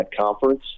conference